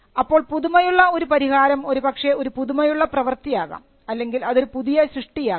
അപ്പോൾ പുതുമയുള്ള ഒരു പരിഹാരം ഒരുപക്ഷേ ഒരു പുതുമയുള്ള പ്രവർത്തി ആകാം അല്ലെങ്കിൽ അതൊരു പുതിയ സൃഷ്ടിയാകാം